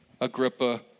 Agrippa